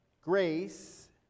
grace